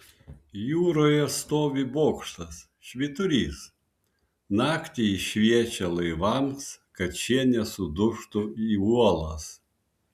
jūroje stovi bokštas švyturys naktį jis šviečia laivams kad šie nesudužtų į uolas